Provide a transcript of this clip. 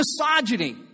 misogyny